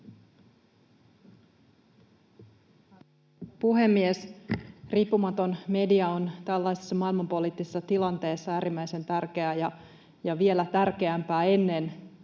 puhemies! Riippumaton media on tällaisessa maailmanpoliittisessa tilanteessa äärimmäisen tärkeä — ja vielä tärkeämpi ennen